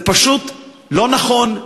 זה פשוט לא נכון,